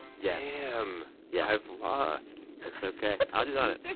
yeah um yeah i've lost that's ok. audrey's on it.